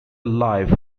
life